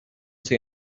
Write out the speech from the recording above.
say